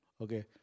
Okay